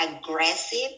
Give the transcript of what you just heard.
aggressive